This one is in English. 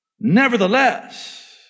Nevertheless